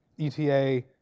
ETA